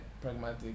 pragmatic